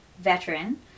veteran